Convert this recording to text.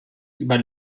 über